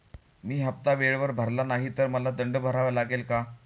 मी हफ्ता वेळेवर भरला नाही तर मला दंड भरावा लागेल का?